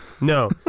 No